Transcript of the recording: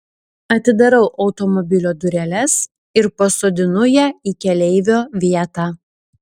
atidarau automobilio dureles ir pasodinu ją į keleivio vietą